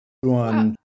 One